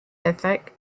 ethic